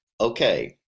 Okay